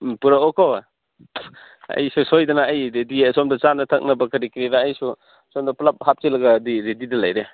ꯎꯝ ꯄꯨꯔꯛꯑꯣꯀꯣ ꯑꯩꯁꯨ ꯁꯣꯏꯗꯅ ꯑꯩ ꯔꯦꯗꯤ ꯑꯁꯣꯝꯗ ꯆꯥꯅ ꯊꯛꯅꯕ ꯀꯔꯤ ꯀꯔꯤꯔꯥ ꯑꯩꯁꯨ ꯁꯣꯝꯗ ꯄꯨꯂꯞ ꯍꯥꯞꯆꯤꯜꯂꯒꯗꯤ ꯔꯦꯗꯤꯗ ꯂꯩꯔꯦ